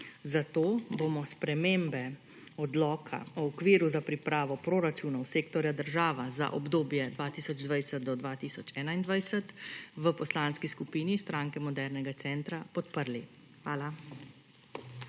Zato bomo spremembe Odloka o okviru za pripravo proračunov sektorja država za obdobje 2020 do 2021 v Poslanski skupini Stranke modernega centra podprli. Hvala.